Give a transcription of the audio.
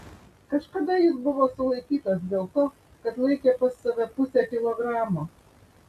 kažkada jis buvo sulaikytas dėl to kad laikė pas save pusę kilogramo